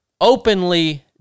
openly